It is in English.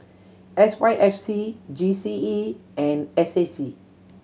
S Y F C G C E and S A C